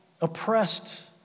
oppressed